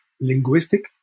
linguistic